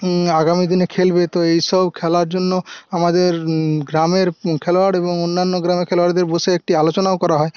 আগামীদিনে খেলবে তো এইসব খেলার জন্য আমাদের গ্রামের খেলোয়াড় এবং অন্যান্য গ্রামের খেলোয়াড়দের বসে একটি আলোচনাও করা হয়